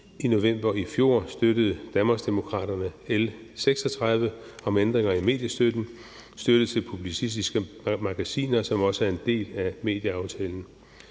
I november i fjor støttede Danmarksdemokraterne L 36 om ændringer i mediestøtten til publicistiske magasiner, som også er en del af medieaftalen.